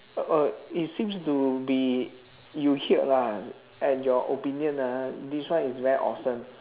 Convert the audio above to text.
uh it seems to be you heard lah and your opinion ah this one is very awesome